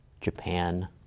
Japan